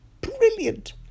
Brilliant